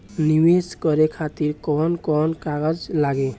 नीवेश करे खातिर कवन कवन कागज लागि?